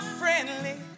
friendly